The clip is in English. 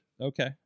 Okay